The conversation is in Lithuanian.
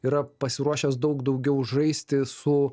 yra pasiruošęs daug daugiau žaisti su